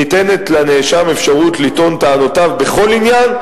ניתנת לנאשם אפשרות לטעון טענותיו בכל עניין,